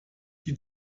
die